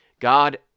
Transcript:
God